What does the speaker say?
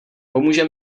pomůže